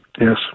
Yes